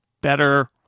better